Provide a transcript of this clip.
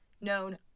known